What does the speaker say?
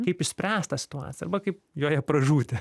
kaip išspręst tą situaciją arba kaip joje pražūti